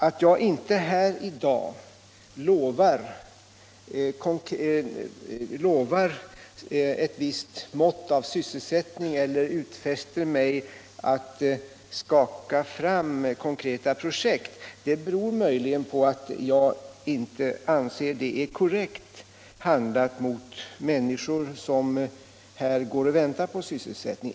Att jag inte här i dag lovar ett visst mått av sysselsättning eller utfäster mig att skaka fram konkreta projekt beror möjligen på att jag inte anser det vara korrekt handlat mot människor som går och väntar på sysselsättning.